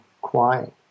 quiet